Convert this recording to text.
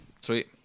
Sweet